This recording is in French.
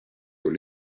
aux